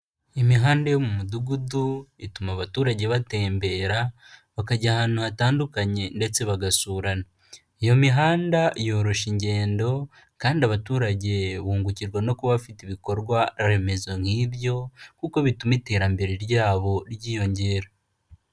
lmihanda yo mu mudugudu ituma abaturage batembera bakajya ahantu hatandukanye, ndetse bagasurana. lyo mihanda yoroshya ingendo kandi abaturage bungukirwa no kuba bafite ibikorwa remezo nk'ibyo, kuko bituma iterambere ryabo ryiyongera.